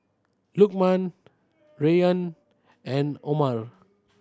Lukman Rayyan and Omar